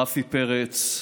רפי פרץ,